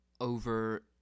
over